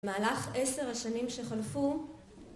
במהלך עשר השנים שחלפו